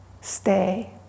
stay